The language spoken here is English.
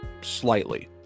slightly